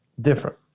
different